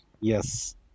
Yes